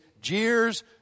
jeers